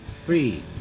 Three